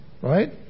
right